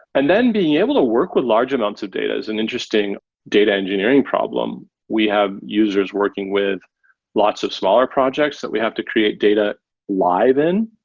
and then being able to work with large amounts of data is an interesting data engineering problem. we have users working with lots of smaller projects that we have to create data live in,